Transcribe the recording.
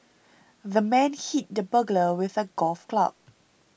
the man hit the burglar with a golf club